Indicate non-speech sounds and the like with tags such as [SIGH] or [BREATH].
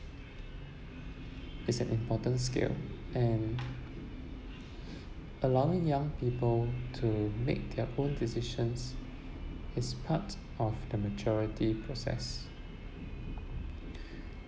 is an important skill and allowing young people to make their own decisions is part of the maturity process [BREATH]